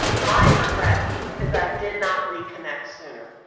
my regret is i did not reconnect sooner.